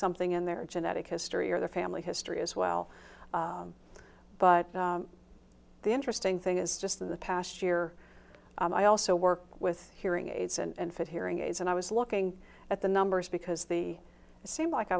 something in their genetic history or their family history as well but the interesting thing is just in the past year i also worked with hearing aids and fit hearing aids and i was looking at the numbers because the same like i